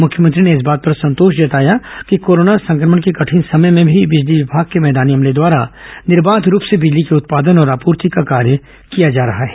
मुख्यमंत्री ने इस बात पर संतोष जताया कि कोरोना संक्रमण के कठिन समय में भी बिजली विभाग के मैदानी अमले द्वारा निर्बाध रूप से बिजली के उत्पादन और आपूर्ति का कार्य किया जा रहा है